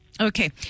okay